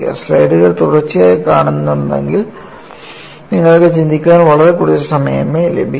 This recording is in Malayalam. സ്ലൈഡുകൾ തുടർച്ചയായി കാണിക്കുന്നുണ്ടെങ്കിൽ നിങ്ങൾക്ക് ചിന്തിക്കാൻ വളരെ കുറച്ച് സമയമേ ലഭിക്കൂ